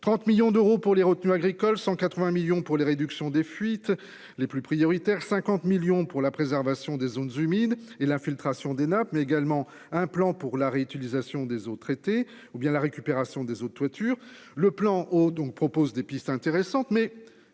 30 millions d'euros pour les retenue agricole 180 millions pour les réductions des fuites les plus prioritaires. 50 millions pour la préservation des zones humides et l'infiltration des nappes, mais également un plan pour la réutilisation des eaux traitées ou bien la récupération des eaux toiture le plan donc propose des pistes intéressantes mais